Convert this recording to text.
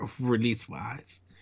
release-wise